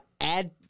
add